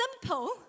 simple